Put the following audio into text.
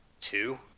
Two